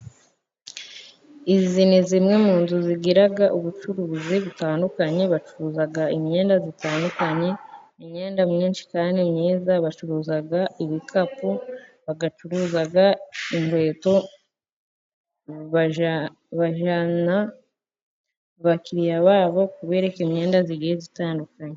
Izi ni zimwe mu nzu zigira ubucuruzi butandukanye, bacuruza imyenda itandukanye, imyenda myinshi kandi myiza, bacuruza ibikapu, bagacuruza inkweto, bajyana bakiriya babo kubereka imyenda igiye itandukanye.